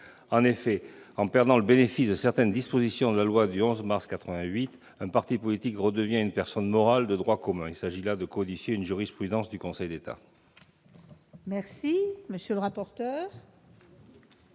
En effet, en perdant le bénéfice de certaines dispositions de la loi du 11 mars 1988, un parti politique redevient une personne morale de droit commun. II s'agit là de codifier une jurisprudence du Conseil d'État. Quel est l'avis de